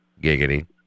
Giggity